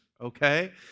okay